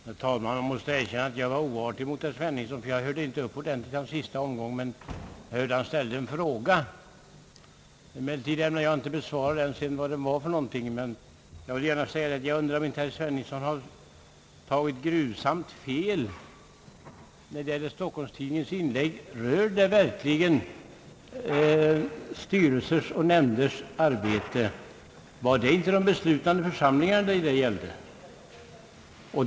Herr talman! Jag måste erkänna att jag var oartig mot herr Sveningsson, ty jag lyssnade inte ordentligt till hans sista omgång. Han ställde en fråga, men jag ämnar inte besvara den, ty jag hörde inte vad den gällde. Men jag vill genast säga att jag undrar om inte herr Sveningsson tagit gruvsamt fel när det gäller Stockholms-Tidningens inlägg. Rör det verkligen styrelsers och nämnders arbete? Var det inte de beslutande församlingarna som det gällde?